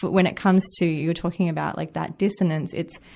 when it comes to, you were talking about like that dissonance, it's,